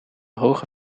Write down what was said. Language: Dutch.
hoge